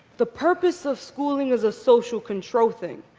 the purpose of schooling is a social control thing.